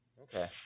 Okay